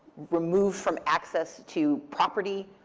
removed from access to property,